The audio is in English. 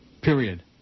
Period